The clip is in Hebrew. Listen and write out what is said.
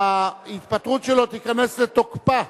ההתפטרות שלו תיכנס לתוקפה,